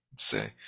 Say